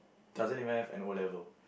doesn't even have an O-level